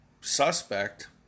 suspect